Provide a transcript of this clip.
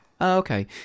Okay